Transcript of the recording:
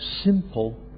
simple